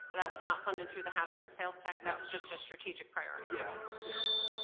that was not funded through the half cent sales tax? that's just a strategic priority? yeah, yes.